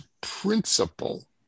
principle